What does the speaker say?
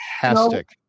fantastic